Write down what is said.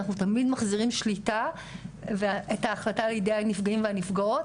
אנחנו תמיד מחזירים שליטה ואת ההחלטה לידי הנפגעים והנפגעות,